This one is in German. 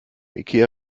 ikea